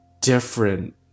different